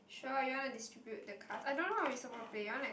sure you wanna distribute the card I don't know how we suppose to play you wanna